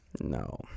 No